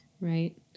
Right